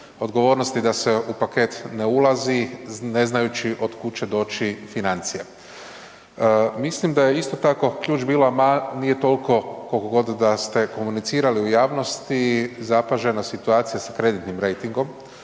Odgovornosti da se u paket ne ulazi ne znajući od kud će doći financija. Mislim da je isto tako ključ bila, nije toliko koliko god da ste komunicirali u javnosti zapažena situacija sa kreditnim rejtingom,